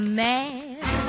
man